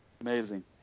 Amazing